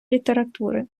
літератури